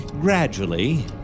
gradually